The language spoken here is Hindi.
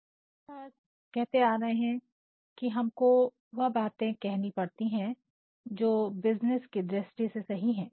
हम कई बार कहते आ रहे हैं कि हमको वह बातें कहनी पड़ती है जो बिज़नेस की दृष्टि से सही है